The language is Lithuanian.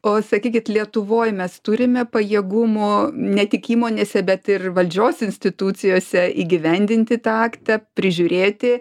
o sakykit lietuvoj mes turime pajėgumų ne tik įmonėse bet ir valdžios institucijose įgyvendinti tą aktą prižiūrėti